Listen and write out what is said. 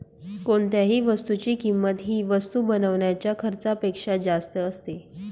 कोणत्याही वस्तूची किंमत ही वस्तू बनवण्याच्या खर्चापेक्षा जास्त असते